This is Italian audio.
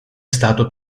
stato